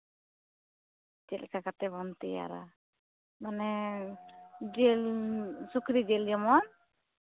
ᱪᱮᱫ ᱞᱮᱠᱟ ᱠᱟᱛᱮᱫ ᱵᱚᱱ ᱛᱮᱭᱟᱨᱟ ᱢᱟᱱᱮ ᱥᱩᱠᱨᱤ ᱡᱤᱞ ᱡᱮᱢᱚᱱ